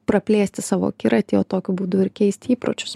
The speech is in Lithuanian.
praplėsti savo akiratį o tokiu būdu ir keisti įpročius